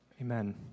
Amen